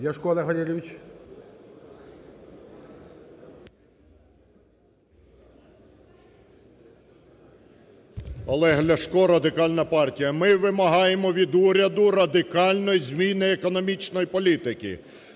Олег Ляшко, Радикальна партія. Ми вимагаємо від уряду радикальної зміни економічної політики.